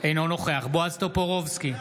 אינו נוכח בועז טופורובסקי,